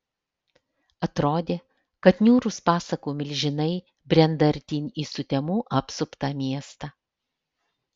atrodė kad niūrūs pasakų milžinai brenda artyn į sutemų apsuptą miestą